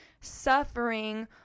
suffering